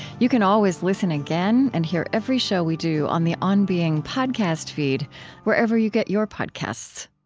you can always listen again and hear every show we do on the on being podcast feed wherever you get your podcasts